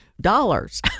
Dollars